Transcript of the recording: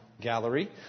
gallery